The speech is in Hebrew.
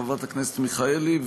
חברת הכנסת מרב מיכאלי.